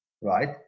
right